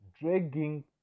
dragging